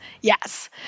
Yes